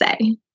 say